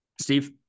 Steve